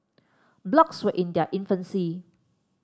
blogs were in their infancy